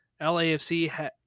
LAFC